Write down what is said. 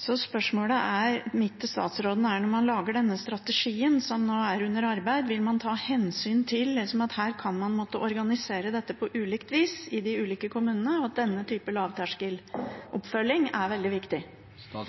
Så spørsmålet mitt til statsråden er: Når man lager denne strategien, som nå er under arbeid, vil man ta hensyn til at her kan man måtte organisere dette på ulikt vis i de ulike kommunene, og at denne type lavterskeloppfølging er veldig viktig? Ja.